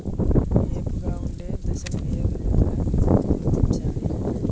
ఏపుగా ఉండే దశను ఏ విధంగా గుర్తించగలం?